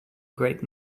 great